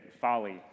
folly